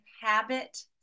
habit